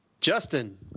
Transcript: Justin